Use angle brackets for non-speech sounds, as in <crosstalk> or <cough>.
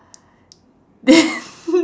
then <laughs>